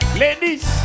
ladies